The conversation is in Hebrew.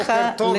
בוקר טוב,